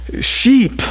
sheep